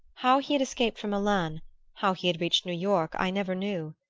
how he had escaped from milan how he had reached new york i never knew.